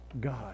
God